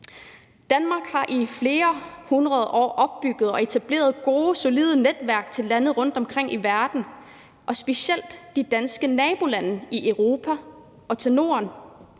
Danmark har i flere hundrede år opbygget og etableret gode, solide netværk til lande rundtomkring i verden og specielt til Danmarks nabolande, altså til lande